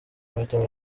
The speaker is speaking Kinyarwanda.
mahitamo